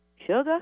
Sugar